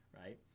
right